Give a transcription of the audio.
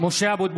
(קורא בשמות חברי הכנסת) משה אבוטבול,